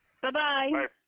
Bye-bye